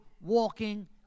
walking